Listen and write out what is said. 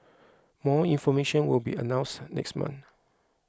more information will be announced next month